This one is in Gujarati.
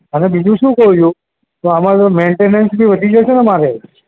અને બીજું શું કહું છું તો આમાં તો મેઇન્ટેનન્સ બી વધી જશે ને અમારે